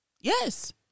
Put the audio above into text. Yes